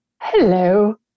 Hello